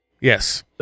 Yes